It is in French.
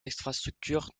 infrastructures